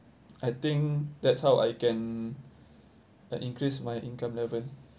I think that's how I can uh increase my income level